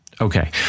Okay